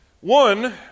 One